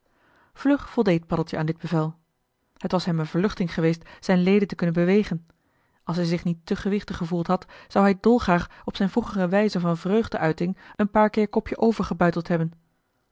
vlug voldeed paddeltje aan dit bevel het was hem een verluchting geweest zijn leden te kunnen bewegen als hij zich niet te gewichtig gevoeld had zou hij dolgraag op z'n vroegere wijze van vreugde uiting een paar keer kopje over gebuiteld hebben